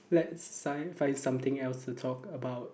let's sigh find something else to talk about